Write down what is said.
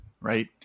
Right